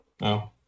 no